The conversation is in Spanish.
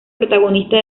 protagonista